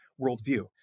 worldview